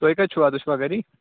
تُہۍ کَتہِ چھِو اَز تُہۍ چھِوا گَری